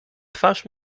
twarz